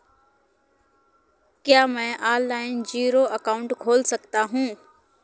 क्या मैं online zero account खोल सकता हूँ?